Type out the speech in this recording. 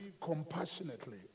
compassionately